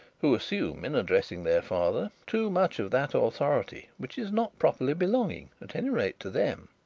who assume in addressing their father too much of that authority which is not properly belonging, at any rate, to them.